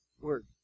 word